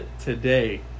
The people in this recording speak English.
today